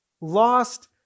Lost